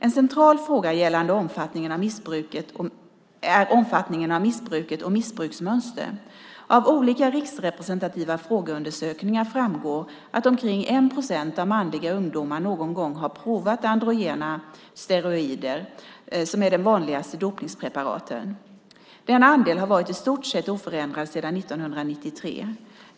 En central fråga gäller omfattningen av missbruket och missbruksmönster. Av olika riksrepresentativa frågeundersökningar framgår att omkring 1 procent av manliga ungdomar någon gång har provat androgena steroider som är de vanligaste dopningspreparaten. Denna andel har varit i stort sett oförändrad sedan 1993.